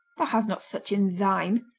thou has not such in thine.